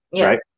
right